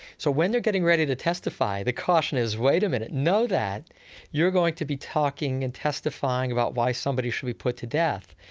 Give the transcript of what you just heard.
so when they're getting ready to testify, the caution is wait a minute. know that you're going to be talking and testifying about why somebody should be put to death.